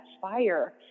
fire